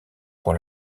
pour